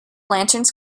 lanterns